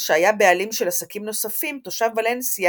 שהיה בעלים של עסקים נוספים, תושב ולנסיה